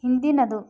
ಹಿಂದಿನದು